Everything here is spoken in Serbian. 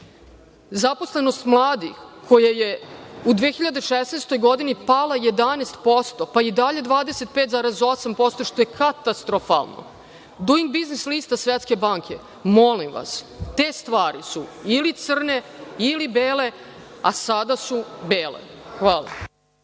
Zaposlenost mladih koja je u 2016. godini pala 11%, pa je i dalje 25,8% što je katastrofalno. „Duing biznis lista“ Svetske banke, molim vas, te stvari su ili crne ili bele, a sada su bele. Hvala.